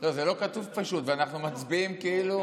זה לא כתוב, פשוט, ואנחנו מצביעים כאילו